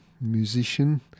musician